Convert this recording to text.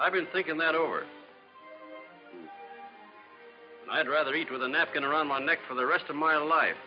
i've been thinking that over i'd rather eat with a napkin around my neck for the rest of my life